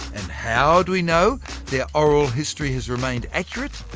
and how do we know their oral history has remained accurate?